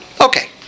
Okay